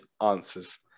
answers